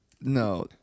no